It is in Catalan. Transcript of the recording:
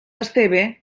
esteve